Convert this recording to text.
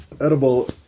Edible